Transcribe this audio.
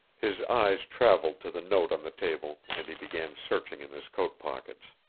his eyes traveled to the note on the table and he began searching in his coat pockets.